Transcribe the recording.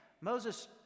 Moses